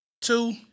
Two